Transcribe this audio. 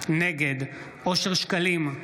נגד אושר שקלים,